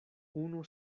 unu